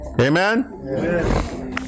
Amen